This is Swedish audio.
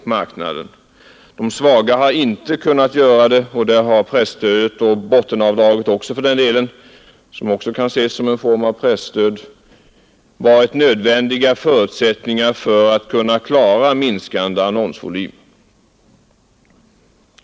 De svaga har inte kunnat göra det, och för dem har presstödet, och bottenavdraget också för den delen — det kan för övrigt också ses som en form av presstöd — varit nödvändiga för att klara minskande annonsvolym.